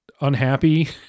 unhappy